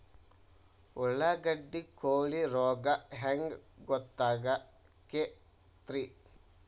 ಉಳ್ಳಾಗಡ್ಡಿ ಕೋಳಿ ರೋಗ ಹ್ಯಾಂಗ್ ಗೊತ್ತಕ್ಕೆತ್ರೇ?